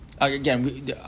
again